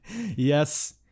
Yes